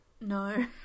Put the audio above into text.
No